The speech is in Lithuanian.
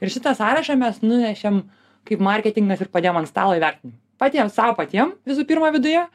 ir šitą sąrašą mes nunešėm kaip marketingas ir padėjom ant stalo įvertinimui patiem sau patiem visų pirma viduje